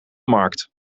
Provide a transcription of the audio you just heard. markt